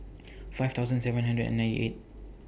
five thousand seven hundred and ninety eight